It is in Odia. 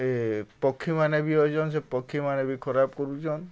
ଏ ପକ୍ଷୀମାନେ ବି ଅଛନ୍ ସେ ପକ୍ଷୀମାନେ ବି ଖରାପ୍ କରୁଛନ୍